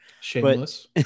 Shameless